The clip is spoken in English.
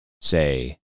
say